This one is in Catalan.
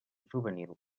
juvenil